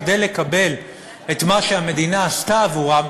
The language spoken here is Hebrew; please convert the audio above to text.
כדי לקבל את מה שהמדינה עשתה עבורם,